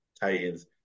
Titans